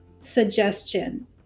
suggestion